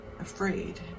afraid